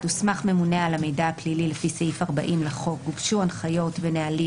(ב) הוסמך ממונה על המידע הפלילי לפי סעיף 40 לחוק וגובשו הנחיות ונהלים